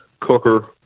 cooker